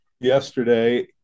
Yesterday